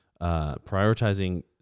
prioritizing